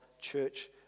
church